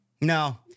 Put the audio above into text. No